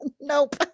Nope